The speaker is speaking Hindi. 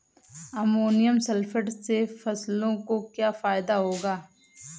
अमोनियम सल्फेट से फसलों को क्या फायदा होगा?